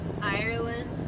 Ireland